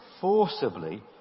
forcibly